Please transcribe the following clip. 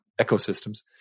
ecosystems